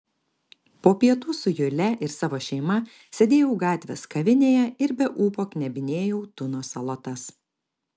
po pietų su jule ir savo šeima sėdėjau gatvės kavinėje ir be ūpo knebinėjau tuno salotas